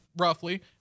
roughly